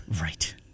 Right